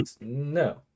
No